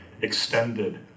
extended